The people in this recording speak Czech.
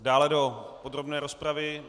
Dále do podrobné rozpravy?